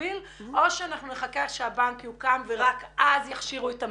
במקביל או שאנחנו נחכה עד שהבנק יוקם ורק אז יכשירו את המתאמות.